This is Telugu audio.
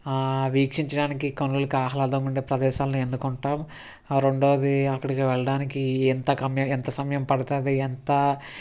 వీక్షించడానికి కనులకి ఆహ్లాదం ఉండే ప్రదేశాలను ఏన్నుకుంటాం రెండోది అక్కడికి వెళ్ళడానికి ఎంత గమ్యం ఎంత సమయం పడుతుంది ఎంత